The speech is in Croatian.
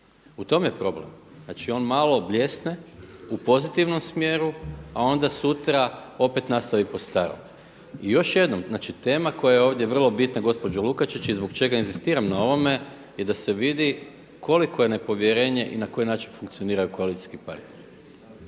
u tom je problem. znači on malo bljesne u pozitivnom smjeru, a onda sutra opet nastavi po starom. I još jednom, znači tema koja je ovdje vrlo bitna gospođo Lukačić i zbog čega inzistiram na ovome je da se vidi koliko je nepovjerenje i na koji način funkcionira koalicijski partner.